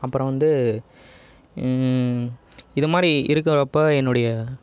அப்புறம் வந்து இது மாதிரி இருக்குறப்போ என்னுடைய